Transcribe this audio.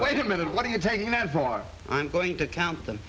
wait a minute what are you taking them for i'm going to count them